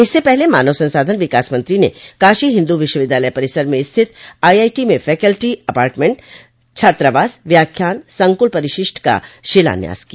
इससे पहले मानव संसाधन विकास मंत्री ने काशी हिन्दू विश्वविद्यालय परिसर में स्थित आईआईटी में फेकल्टी अपार्टमेंट छात्रावास व्याख्यान संकुल परिशिष्ट का शिलान्यास किया